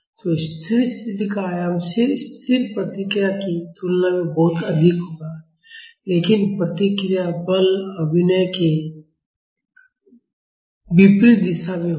तो स्थिर स्थिति का आयाम स्थिर प्रतिक्रिया की तुलना में बहुत अधिक होगा लेकिन प्रतिक्रिया बल अभिनय के विपरीत दिशा में होगी